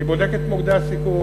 היא בודקת את מוקדי הסיכון,